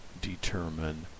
determine